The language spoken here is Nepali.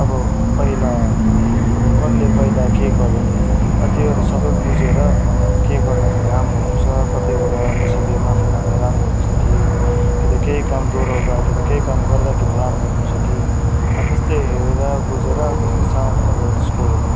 अब पहिला अब कसले पहिला के गरे त्योहरू सबै बुझेर के गर्दाखेरि राम्रो हुन्छ कतैबाट कसैले माफी माँग्दा राम्रो हुन्छ कि कि त केही काम दोहोऱ्याउँदा कि त केही काम गर्दाखेरि राम्रो हुन्छ कि अब त्यस्तै हेरेर बुझेर त्यसको सामु अब त्यसको